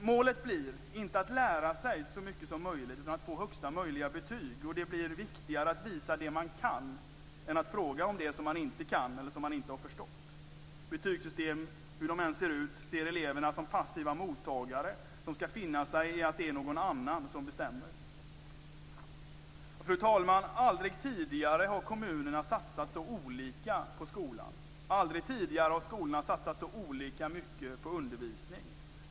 Målet blir inte att lära sig så mycket som möjligt, utan att få högsta möjliga betyg. Det blir viktigare att visa det man kan än att fråga om det som man inte kan eller som man inte har förstått. Betygssystem, hur de än ser ut, ser eleverna som passiva mottagare som skall finna sig i att det är någon annan som bestämmer. Fru talman! Aldrig tidigare har kommunerna satsat så olika på skolan. Aldrig tidigare har skolorna satsat så olika mycket på undervisning.